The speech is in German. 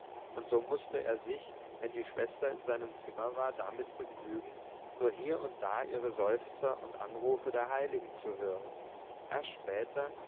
und so mußte er sich wenn die schwester in seinem zimmer war damit begnügen nur hier und da ihre seufzer und anrufe der heiligen zu hören erst später